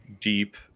deep